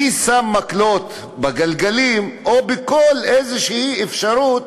מי שם מקלות בגלגלים או בכל איזושהי אפשרות